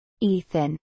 Ethan